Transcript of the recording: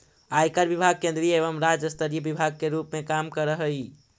आयकर विभाग केंद्रीय एवं राज्य स्तरीय विभाग के रूप में काम करऽ हई